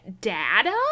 data